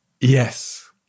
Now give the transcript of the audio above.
Yes